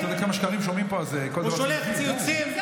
לא נורמליים.